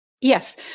Yes